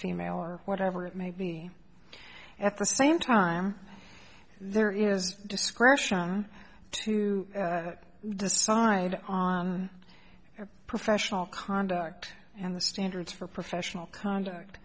female or whatever it may be at the same time there is discretion to decide on their professional conduct and the standards for professional con